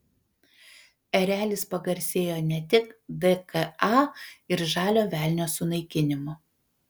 erelis pagarsėjo ne tik dka ir žalio velnio sunaikinimu